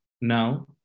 now